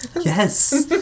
Yes